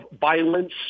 violence